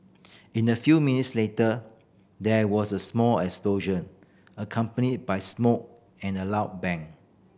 in a few minutes later there was a small explosion accompanied by smoke and a loud bang